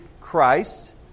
Christ